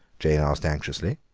jane asked anxiously.